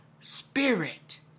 spirit